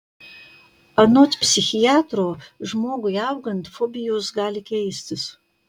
anot psichiatro žmogui augant fobijos gali keistis